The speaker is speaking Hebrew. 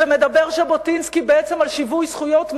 מדבר ז'בוטינסקי בעצם על שיווי זכויות מלא,